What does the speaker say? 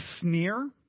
sneer